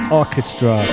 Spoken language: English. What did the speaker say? orchestra